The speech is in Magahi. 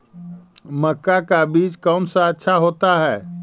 मक्का का बीज कौन सा अच्छा होता है?